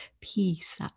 Peace